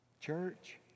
Church